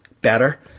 better